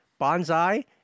bonsai